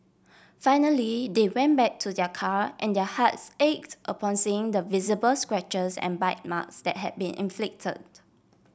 finally they went back to their car and their hearts ached upon seeing the visible scratches and bite marks that had been inflicted